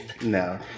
No